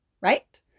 right